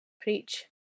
Preach